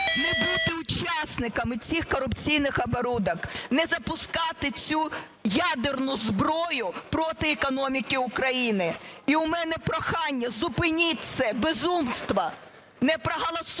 не бути учасниками цих корупційних оборудок, не запускати цю "ядерну зброю" проти економіки України. І у мене прохання зупиніть це безумство, не проголосуйте